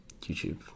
YouTube